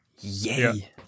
Yay